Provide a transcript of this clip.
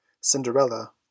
Cinderella